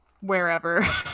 wherever